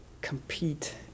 compete